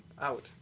out